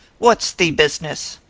what's thee business?